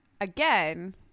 again